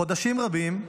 חודשים רבים,